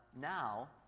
now